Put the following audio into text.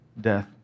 death